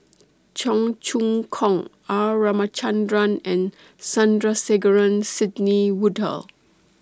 Cheong Choong Kong R Ramachandran and Sandrasegaran Sidney Woodhull